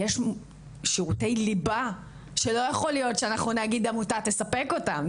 יש שירותי ליבה שאנחנו לא יכולים להגיד שעמותה תספק אותם,